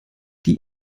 die